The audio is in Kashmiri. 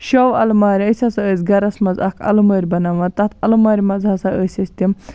شو اَلمارِ أسۍ ہَسا ٲسۍ گَرَس مَنٛز اکھ الَمٲر بَناوان تَتھ اَلمارِ مَنٛز ہَسا ٲسۍ أسۍ تِم